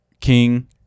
King